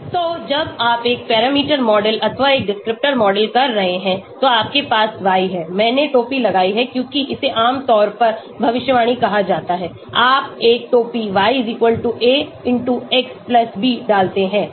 तो जब आप एक पैरामीटर मॉडल अथवा एक डिस्क्रिप्टर मॉडल कर रहे हैं तो आपके पास y है मैंने टोपी लगाई है क्योंकि इसे आम तौर पर भविष्यवाणी कहा जाता है आप एक टोपी y a x b डालते हैं